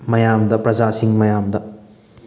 ꯃꯌꯥꯝꯗ ꯄ꯭ꯔꯖꯥꯁꯤꯡ ꯃꯌꯥꯝꯗ